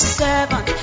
seven